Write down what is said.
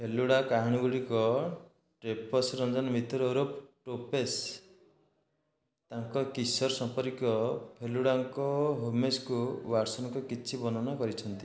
ଫେଲୁଡା କାହାଣୀ ଗୁଡ଼ିକ ତାପସ ରଂଜନ ମିଶ୍ର ଟୋପେଶ୍ ତାଙ୍କ କିଶୋର ସମ୍ପର୍କୀୟ ଫେଲୁଡାଙ୍କ ହୋମସକୁ ୱାଟସନଙ୍କ କିଛି ବର୍ଣ୍ଣନା କରିଛନ୍ତି